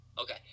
Okay